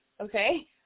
okay